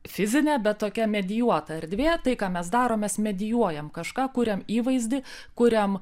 fizinė bet tokia medijuota erdvė tai ką mes darom mes medijuojam kažką kuriam įvaizdį kuriam